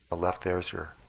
the left there is your